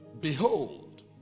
Behold